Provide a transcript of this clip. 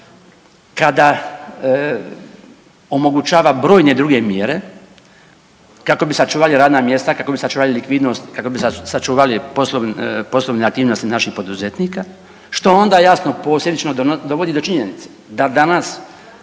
kada omogućava brojne druge mjere kako bi sačuvali radna mjesta, kako bi sačuvali likvidnost, kako bi sačuvali poslovne aktivnosti naših poduzetnika što onda jasno posljedično dovodi do činjenice da danas